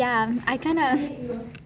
ya I kind of